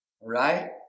right